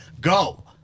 go